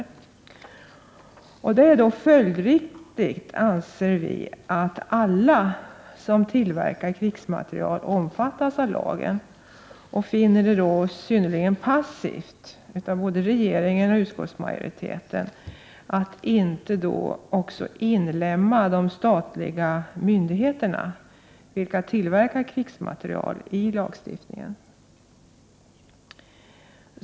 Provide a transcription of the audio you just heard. Vi anser därför att det är följdriktigt att alla som tillverkar krigsmateriel skall omfattas av lagen, och vi finner det vara synnerligen passivt av både regeringen och utskottsmajoriteten att inte inlemma också de statliga myndigheter som tillverkar krigsmateriel i lagstiftningen.